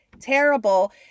terrible